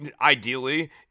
ideally